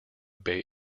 bay